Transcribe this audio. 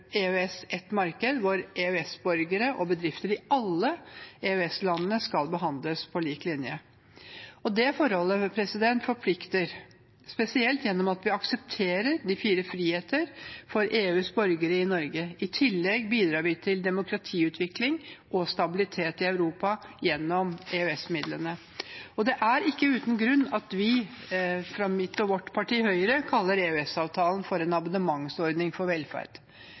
EØS ett marked, hvor EØS-borgere og bedrifter i alle EØS-landene skal behandles på lik linje. Det forholdet forplikter, spesielt gjennom at vi aksepterer de fire friheter for EUs borgere i Norge. I tillegg bidrar vi til demokratiutvikling og stabilitet i Europa gjennom EØS-midlene. Det er ikke uten grunn at vi fra mitt og vårt parti, Høyre, kaller EØS-avtalen for en abonnementsordning for velferd.